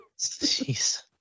jeez